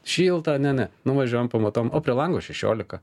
šilta ne ne nuvažiuojam pamatuojam o prie lango šešiolika